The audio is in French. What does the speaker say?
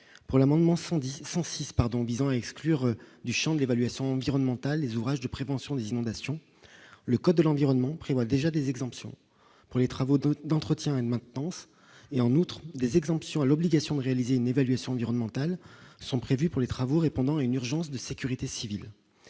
pour l'amendement 110 106 pardon visant à exclure du Champ de l'évaluation environnementale des ouvrages de prévention des inondations, le code de l'environnement prévoit déjà des exemptions pour les travaux de d'entretien et de maintenance, et en outre des exemptions à l'obligation de réaliser une évaluation environnementale sont prévus pour les travaux, répondant à une urgence de sécurité civile